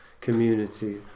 community